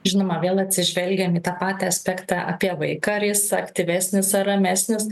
žinoma vėl atsižvelgiam į tą patį aspektą apie vaiką ar jis aktyvesnis ar ramesnis